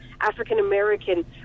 African-American